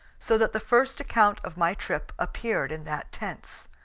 so that the first account of my trip appeared in that tense.